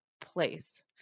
place